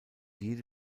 jede